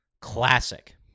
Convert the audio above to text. classic